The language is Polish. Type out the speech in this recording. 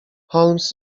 holmes